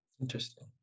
Interesting